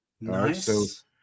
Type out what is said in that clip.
Nice